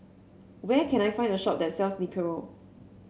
where can I find a shop that sells Nepro